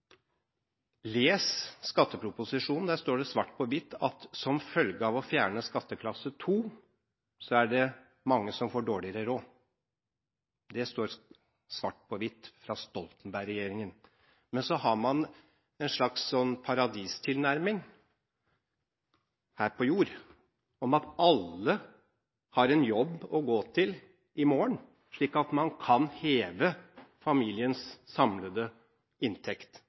Les skatteproposisjonen, der står det svart på hvitt at som følge av å fjerne skatteklasse 2 er det mange som får dårligere råd – det står svart på hvitt fra Stoltenberg-regjeringen. Men så har man en slags paradistilnærming – her på jord – om at alle har en jobb å gå til i morgen, slik at man kan heve familiens samlede inntekt,